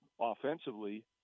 offensively